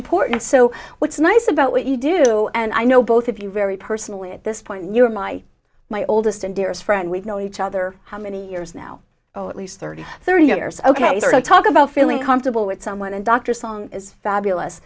important so what's nice about what you do and i know both of you very personally at this point in your my my oldest and dearest friend we've known each other how many years now oh at least thirty thirty years ok talk about feeling comfortable with someone and dr song is fabulous